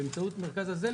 באמצעות המרכז הזה,